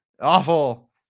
awful